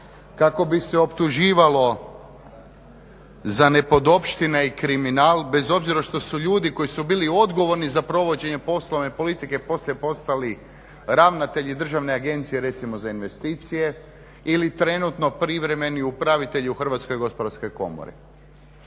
kako bi se optuživalo za nepodopštine i kriminal bez obzira što su ljudi koji su bili odgovorni za provođenje poslovne politike poslije postali ravnatelji državne agencije, recimo za investicije ili trenutno privremeni upravitelji u Hrvatskoj gospodarskoj komori.